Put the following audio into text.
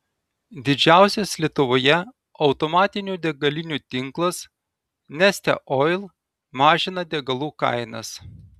didžiausias lietuvoje automatinių degalinių tinklas neste oil mažina degalų kainas